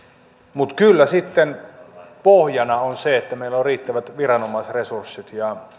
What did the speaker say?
mutta kyllä sitten pohjana on se että meillä on riittävät viranomaisresurssit